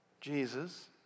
Jesus